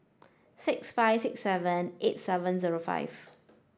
six five six seven eight seven zero five